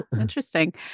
Interesting